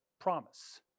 promise